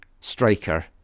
striker